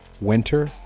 winter